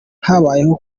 habayeho